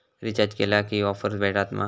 Recharge केला की offers भेटात मा?